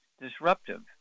disruptive